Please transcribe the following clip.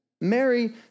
Mary